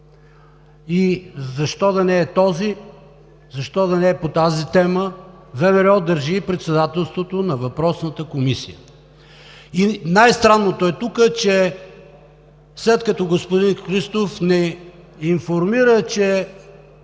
Защо да не е този? Защо да не е по тази тема? ВМРО държи председателството на въпросната комисия. Най-странното е тук, че след като господин Христов ни информира, че